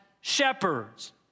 shepherds